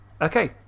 Okay